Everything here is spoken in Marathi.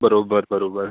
बरोबर बरोबर